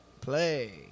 Play